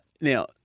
Now